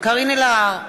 קארין אלהרר,